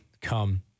come